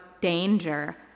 danger